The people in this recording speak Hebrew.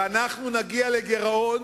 ואנחנו נגיע לגירעון